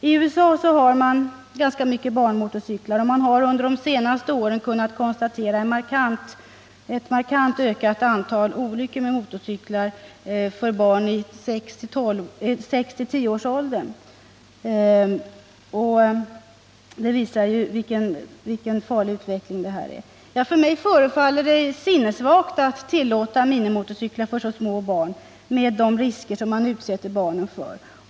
I USA har man ganska mycket barnmotorcyklar, och man har under de senaste åren kunnat konstatera ett markant ökat antal motorcykelolyckor med barn i sex-tioårsåldern. För mig förefaller det sinnessvagt att tillåta minimotorcyklar för så små barn med tanke på de risker man utsätter barnen för.